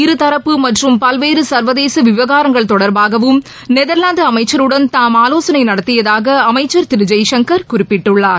இருதரப்பு மற்றும் பல்வேறு சர்வதேச விவகாரங்கள் தொடர்பாகவும் நெதர்லாந்து அமைச்சருடன் தாம் ஆலோசனை நடத்தியதாக அமைச்சர் திரு ஜெய்சங்கர் குறிப்பிட்டுள்ளார்